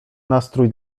nastrój